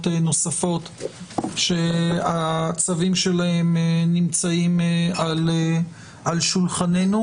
נוספות שהצווים שלהן נמצאים על שולחננו.